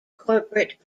corporate